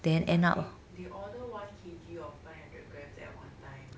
they they order one K_G or five hundred grams at one time